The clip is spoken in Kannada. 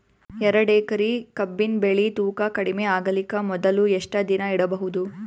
ಎರಡೇಕರಿ ಕಬ್ಬಿನ್ ಬೆಳಿ ತೂಕ ಕಡಿಮೆ ಆಗಲಿಕ ಮೊದಲು ಎಷ್ಟ ದಿನ ಇಡಬಹುದು?